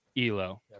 elo